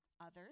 Others